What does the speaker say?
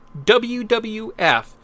WWF